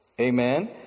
Amen